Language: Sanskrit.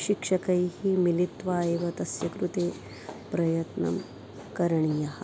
शिक्षकैः मिलित्वा एव तस्य कृते प्रयत्नः करणीयः